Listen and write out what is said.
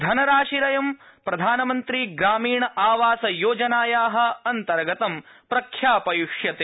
धनराशिरयं प्रधानमंत्री ग्रामीण आवास योजनाया अंतर्गतं प्रख्यापयिष्यते